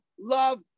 love